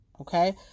okay